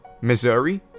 Missouri